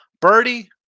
Birdie